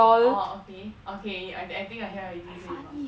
oh okay okay I I think I he~ hear you say before